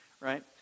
right